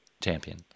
champion